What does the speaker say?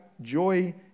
joy